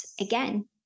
again